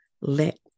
let